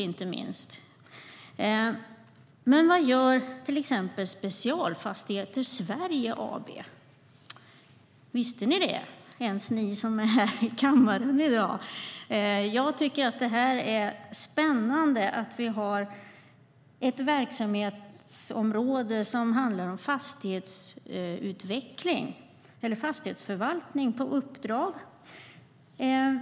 Men vad gör till exempel Specialfastigheter Sverige AB? Vet ni som är i kammaren i dag det? Jag tycker att det är spännande att vi har ett verksamhetsområde som handlar om fastighetsförvaltning på uppdrag.